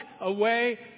away